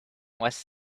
was